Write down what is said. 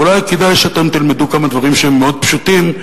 ואולי כדאי שאתם תלמדו כמה דברים שהם מאוד פשוטים,